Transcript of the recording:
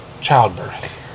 childbirth